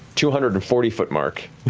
two hundred and forty foot mark